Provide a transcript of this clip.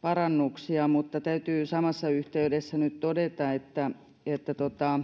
parannuksia mutta täytyy samassa yhteydessä nyt todeta että että